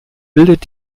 bildet